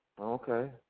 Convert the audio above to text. Okay